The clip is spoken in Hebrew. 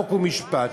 חוק ומשפט,